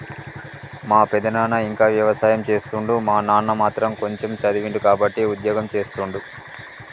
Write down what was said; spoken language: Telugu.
మా పెదనాన ఇంకా వ్యవసాయం చేస్తుండు మా నాన్న మాత్రం కొంచెమ్ చదివిండు కాబట్టే ఉద్యోగం చేస్తుండు